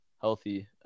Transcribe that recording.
Healthy